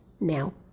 now